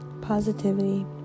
positivity